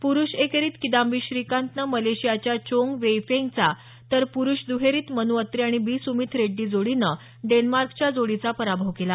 पुरुष एकेरीत किदाम्बी श्रीकांतनं मलेशियाच्या चोंग वेई फेंगचा तर पुरुष दुहेरीत मनू अत्री आणि बी सुमीथ रेड्डी जोडीनं डेन्मार्कच्या जोडीचा पराभव केला